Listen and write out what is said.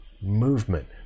movement